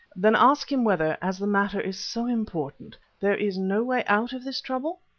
then ask him whether, as the matter is so important, there is no way out of this trouble?